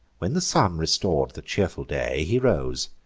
when the sun restor'd the cheerful day, he rose,